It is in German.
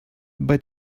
bei